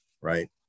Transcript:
right